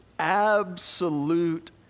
absolute